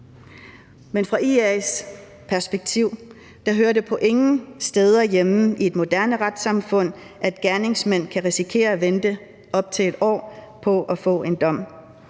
set fra IA's perspektiv hører det ingen steder hjemme i et moderne retssamfund, at gerningsmænd kan risikere at vente op til et år på at få en dom.